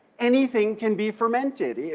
anything can be fermented.